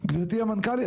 גברתי המנכ"לית?